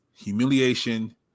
Humiliation